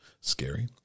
Scary